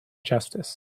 justice